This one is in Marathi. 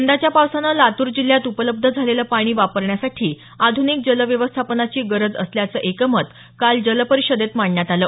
यंदाच्या पावसानं लातूर जिल्ह्यात उपलब्ध झालेलं पाणी वापरण्यासाठी आधुनिक जल व्यवस्थापनाची गरज असल्याचं एकमत काल जल परिषदेत मांडण्यात आलं